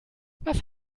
was